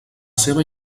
seua